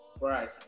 Right